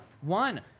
One